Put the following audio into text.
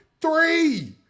Three